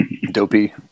Dopey